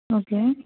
okay